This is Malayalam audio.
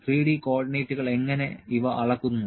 3D കോർഡിനേറ്റുകൾ എങ്ങനെ ഇവ അളക്കുന്നു